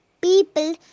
people